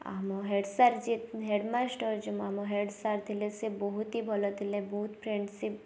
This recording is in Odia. ଆମ ହେଡ଼ ସାର ଯିଏ ହେଡ଼ ମାଷ୍ଟର ଯେଉଁ ଆମ ହେଡ଼ ସାର ଥିଲେ ସିଏ ବହୁତ ହି ଭଲ ଥିଲେ ବହୁତ ଫ୍ରେଣ୍ଡସିପ